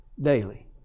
daily